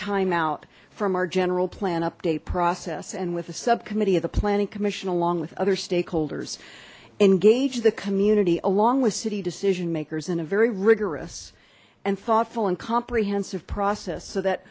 time out from our general plan update process and with a subcommittee of the planning commission along with other stakeholders engage the community along with city decision makers in a very rigorous and thoughtful and comprehensive process so that